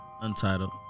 Untitled